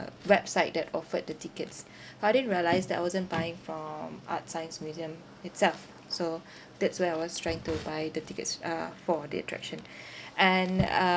website that offered the tickets uh I didn't realise that I wasn't buying from artscience museum itself so that's where I was trying to buy the tickets uh for the attraction and uh